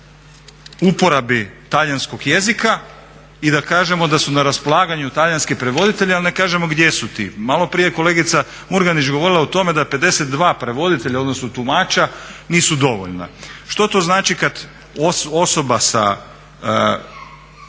uporabi talijanskog jezika i da kažemo da su na raspolaganju talijanski prevoditelji ali ne kažemo gdje su ti. Maloprije je kolegica Murganić govorila o tome da 52 prevoditelja odnosno tumača nisu dovoljna. Što to znači kad gluha osoba